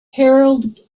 harold